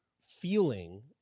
feeling